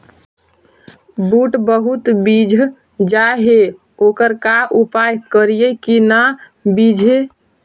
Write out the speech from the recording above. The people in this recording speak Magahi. बुट बहुत बिजझ जा हे ओकर का उपाय करियै कि न बिजझे?